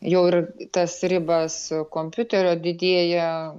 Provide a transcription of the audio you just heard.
jau ir tas ribas kompiuterio didėja